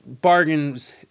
bargains